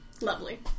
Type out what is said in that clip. Lovely